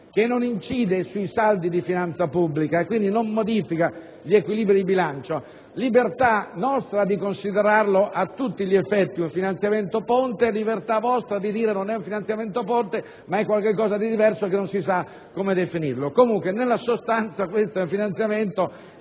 che non incide sui saldi di finanza pubblica e che, quindi, non modifica gli equilibri di bilancio. Libertà nostra di considerarlo a tutti gli effetti un finanziamento ponte, libertà vostra di dire che non lo è e che è qualcosa di diverso che non si sa come definire. Nella sostanza, questo è un finanziamento